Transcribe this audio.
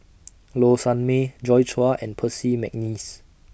Low Sanmay Joi Chua and Percy Mcneice